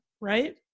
right